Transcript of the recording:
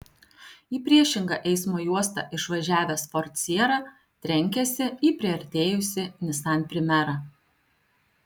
į priešingą eismo juostą išvažiavęs ford sierra trenkėsi į priartėjusį nissan primera